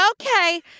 Okay